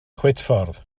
chwitffordd